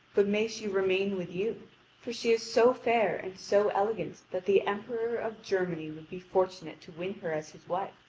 but may she remain with you for she is so fair and so elegant that the emperor of germany would be fortunate to win her as his wife.